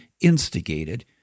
instigated